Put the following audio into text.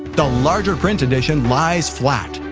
the larger print edition lies flat,